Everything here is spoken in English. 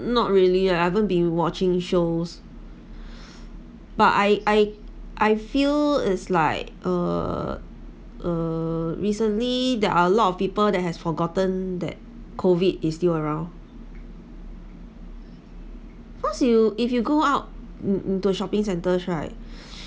not really lah haven't been watching shows but I I I feel is like uh uh recently there are a lot of people that has forgotten that COVID is still around because you if you go out to to shopping centers right